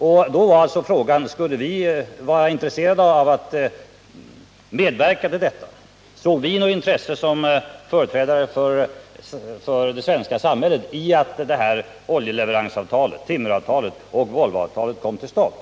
Den fråga vi ställdes inför var om vi borde medverka till detta. Såg vi, som regering, något intresse i att oljeleveransavtalet, timmeravtalet och Volvo 81 avtalet kom till stånd?